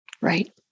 Right